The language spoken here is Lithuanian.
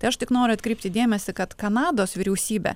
tai aš tik noriu atkreipti dėmesį kad kanados vyriausybė